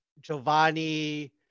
Giovanni